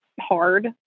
hard